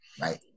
Right